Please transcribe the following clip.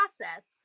process